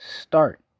start